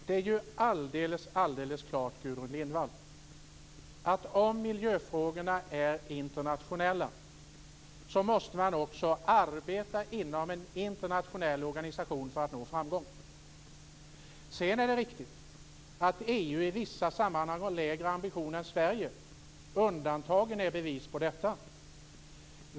Fru talman! Om miljöfrågorna är internationella måste man också arbeta inom en internationell organisation för att nå framgång. Det är riktigt att EU i vissa sammanhang har lägre ambition än Sverige. Undantagen är bevis på detta.